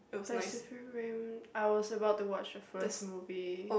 Pacific Rim I was about to watch the first movie